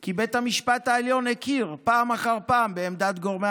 כי בית המשפט העליון הכיר פעם אחר פעם בעמדת גורמי